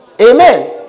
Amen